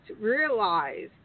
realize